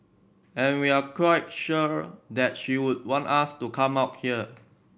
and we're quite sure that she would want us to come out here